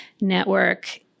Network